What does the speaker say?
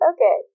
Okay